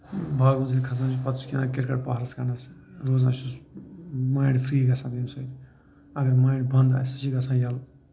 باغہٕ منٛز یِیٚلہِ کھسان چھُس پَتہٟ چھُس گِنٛدان کِرکَٹ پہرَس کَھنٛڈَس روزان چھُس مایِنٛڈ فرِٛی گژھان تَمہِ سٟتۍ اَگر مایِنٛڈ بَنٛد آسہِ سُہ چھِ گژھان یَلہٕ